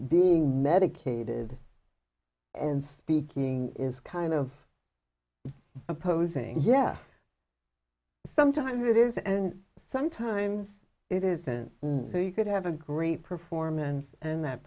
being medicated and speaking is kind of opposing yeah sometimes it is and sometimes it isn't so you could have a great performance and that